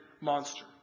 monster